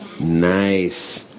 Nice